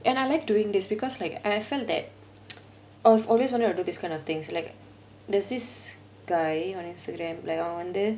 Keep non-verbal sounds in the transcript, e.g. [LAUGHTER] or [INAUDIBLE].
and I like doing this because like i~ I felt that [NOISE] I was always wanted to do this kind of things like there's this guy on Instagram like அவன் வந்து:avan vanthu